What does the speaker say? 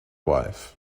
wife